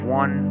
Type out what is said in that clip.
one